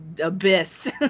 abyss